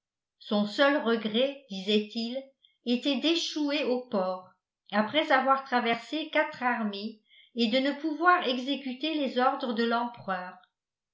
son seul regret disait-il était d'échouer au port après avoir traversé quatre armées et de ne pouvoir exécuter les ordres de l'empereur